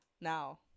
Now